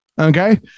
Okay